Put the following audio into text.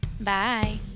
bye